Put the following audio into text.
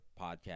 podcast